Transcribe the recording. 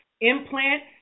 implant